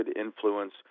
influence